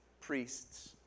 priests